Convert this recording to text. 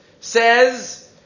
Says